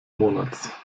monats